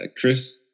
Chris